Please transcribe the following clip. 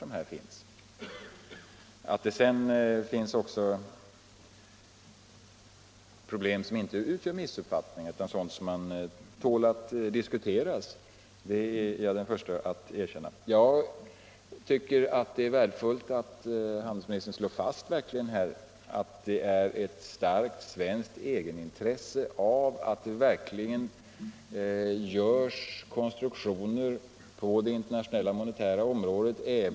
Men jag är den förste att erkänna att det också finns problem som inte utgör missuppfattningar utan är sådant som tål att diskuteras. Jag tycker att det är värdefullt att handelsministern slår fast att det är ett starkt svenskt egenintresse att det görs konstruktioner på det internationella monetära området som ger oss ett visst inflytande.